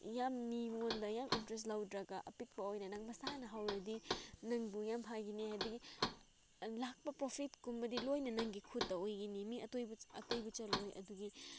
ꯌꯥꯝ ꯃꯤꯉꯣꯟꯗ ꯌꯥꯝ ꯏꯟꯇꯔꯦꯁ ꯂꯧꯗ꯭ꯔꯒ ꯑꯄꯤꯛꯄ ꯑꯣꯏꯅ ꯅꯪ ꯃꯁꯥꯅ ꯍꯧꯔꯗꯤ ꯅꯪꯕꯨ ꯌꯥꯝ ꯐꯒꯅꯤ ꯑꯗꯒꯤ ꯂꯥꯛꯄ ꯄ꯭ꯔꯣꯐꯤꯠꯀꯨꯝꯕꯗꯤ ꯂꯣꯏꯅ ꯅꯪꯒꯤ ꯈꯨꯠꯇ ꯑꯣꯏꯒꯅꯤ ꯃꯤ ꯑꯇꯩꯕꯨ ꯆꯠꯂꯣꯏ ꯑꯗꯨꯒꯤ